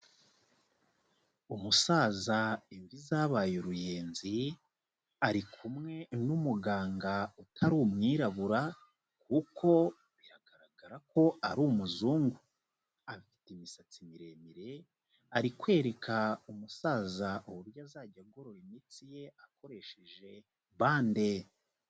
Umusaza imvi zabaye uruyenzi, ari kumwe n'umuganga utari umwirabura kuko biragaragara ko ari umuzungu, afite imisatsi miremire, ari kwereka umusaza uburyo azajya agorora iminsitsi ye akoresheje bande.